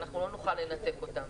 שאנחנו לא נוכל לנתק אותם.